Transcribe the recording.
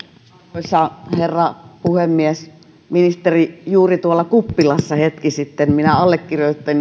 arvoisa herra puhemies ministeri juuri tuolla kuppilassa hetki sitten minä allekirjoitin